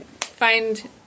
find